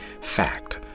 fact